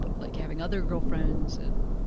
like having other girlfriends and,